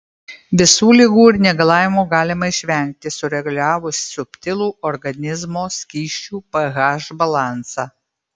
visų ligų ir negalavimų galima išvengti sureguliavus subtilų organizmo skysčių ph balansą